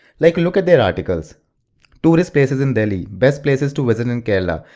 like look at their articles tourist places in delhi, best places to visit in kerala,